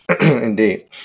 Indeed